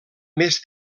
més